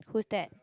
who's that